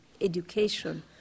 education